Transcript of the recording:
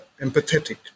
empathetic